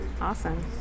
awesome